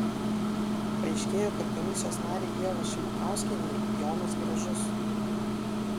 paaiškėjo kad komisijos narei ieva šimukauskienei jonas gražus